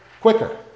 quicker